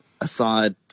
aside